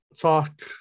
talk